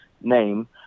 name